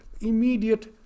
immediate